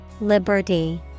Liberty